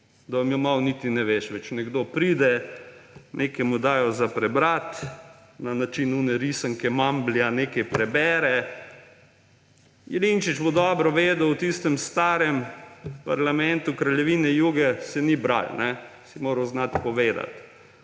da skoraj niti ne veš več, nekdo pride, nekaj mu dajo prebrati in na način tiste risanke Mumbly nekaj prebere. Jelinčič bo dobro vedel, v tistem starem parlamentu kraljevine Juge se ni bralo, si moral znati povedati.